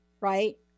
right